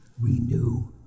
renew